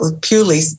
purely